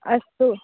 अस्तु